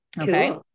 Okay